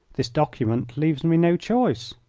this document leaves me no choice.